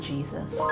Jesus